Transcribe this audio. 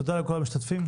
תודה לכל המשתתפים,